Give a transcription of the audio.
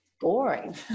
boring